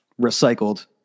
recycled